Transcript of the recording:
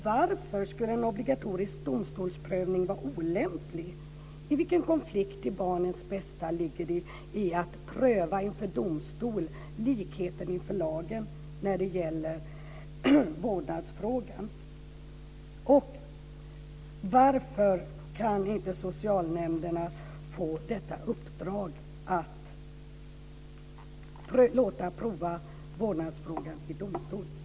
Varför skulle en obligatorisk domstolsprövning vara olämplig? Hur kan det komma i konflikt med barnets bästa att inför domstol pröva likheten inför lagen när det gäller vårdnadsfrågan? Varför kan inte socialnämnderna få i uppdrag att pröva vårdnadsfrågan i domstol?